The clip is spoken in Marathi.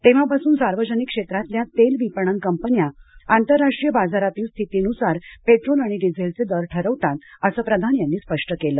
तेव्हापासून सार्वजनिक क्षेत्रातल्या तेल विपणन कंपन्या आंतरराष्ट्रीय बाजारातील स्थितीनुसार पेट्रोल आणि डिझेलचे दर ठरवतात असं प्रधान यांनी स्पष्ट केलं